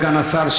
סגן השר,